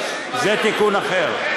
זה תיקון אחר.